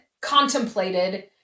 contemplated